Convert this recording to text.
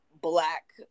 black